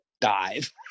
dive